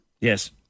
Yes